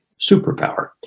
superpower